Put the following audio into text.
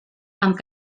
amb